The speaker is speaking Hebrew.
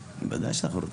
ודאי שאנחנו רוצים.